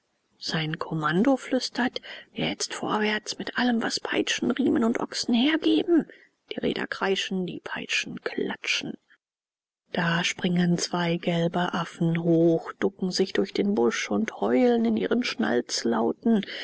sein kommando flüstert jetzt vorwärts mit allem was peitschen riemen und ochsen hergeben die räder kreischen die peitschen klatschen da springen zwei gelbe affen hoch ducken sich durch den busch und heulen in ihren